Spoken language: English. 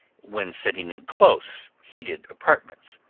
when sitting in close heated apartments,